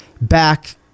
back